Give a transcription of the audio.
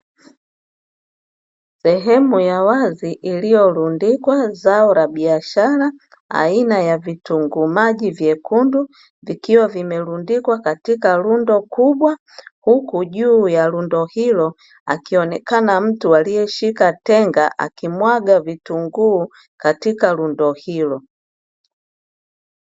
Sehemu ya wazi iliyorundikwa zao la biashara aina ya vitunguu maji vyekundu vikiwa vimerundikwa katika rundo kubwa. huku juu ya rundo hilo akionekana mtu aliyeshika tenga akimwaga vitunguu katika rundo hilo.